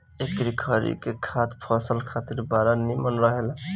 एकरी खरी के खाद फसल खातिर बड़ा निमन रहेला